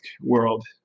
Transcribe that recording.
world